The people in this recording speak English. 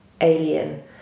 alien